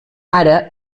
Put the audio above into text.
ara